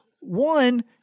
one